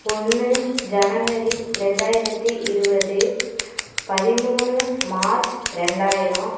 ஒன்று ஜனவரி ரெண்டாயிரத்தி இருபது பதிமூணு மார்ச் ரெண்டாயிரம்